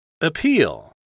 Appeal